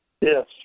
Yes